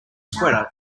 sweater